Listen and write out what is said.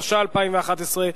התשע"א 2011,